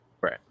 Right